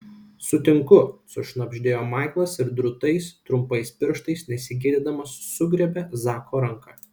sutinku sušnabždėjo maiklas ir drūtais trumpais pirštais nesigėdydamas sugriebė zako ranką